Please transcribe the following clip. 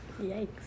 Yikes